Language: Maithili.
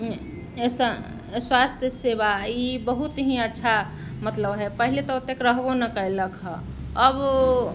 स्वास्थ्य सेवा ई बहुत ही अच्छा मतलब हय पहले तऽ ओतेक रहबो नहि कयलक हँ अब